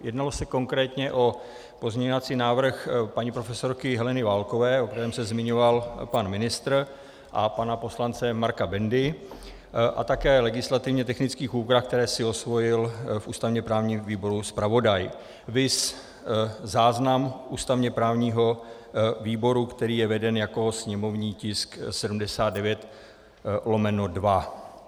Jednalo se konkrétně o pozměňovací návrh paní profesorky Heleny Válkové, o kterém se zmiňoval pan ministr, a pana poslance Marka Bendy a také legislativně technické úpravy, které si osvojil v ústavněprávním výboru zpravodaj, viz záznam ústavněprávního výboru, který je veden jako sněmovní tisk 79/2.